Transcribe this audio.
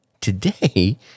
Today